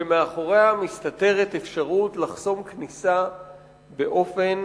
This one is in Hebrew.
שמאחוריה מסתתרת אפשרות לחסום כניסה באופן